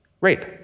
rape